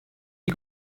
die